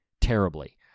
terribly